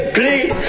please